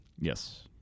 Yes